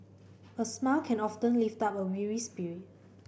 a smile can often lift up a weary spirit